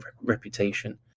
reputation